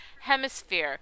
hemisphere